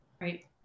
Right